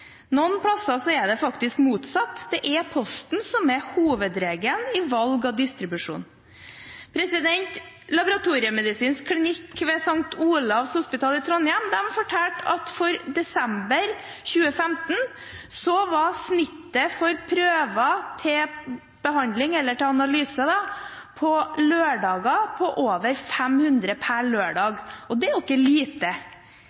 er det faktisk motsatt. Det er Posten som er hovedregelen i valg av distribusjon. Laboratoriemedisinsk klinikk ved St. Olavs Hospital i Trondheim fortalte at i desember 2015 var gjennomsnittet for antall prøver til analyse på lørdager på over 500.